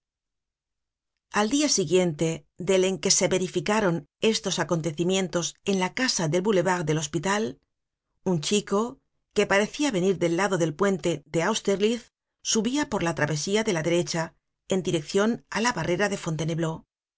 al dia siguiente del en que se verificaron estos acontecimientos en la casa del boulevard del hospital un chico que parecia venir del lado del puente de austerlitz subia por la travesía de la derecha en direccion á la barrera de